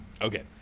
okay